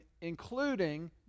including